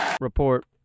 Report